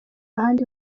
ahandi